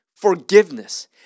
forgiveness